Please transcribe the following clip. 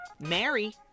Mary